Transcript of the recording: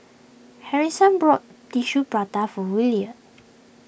Harrison brought Tissue Prata for Williard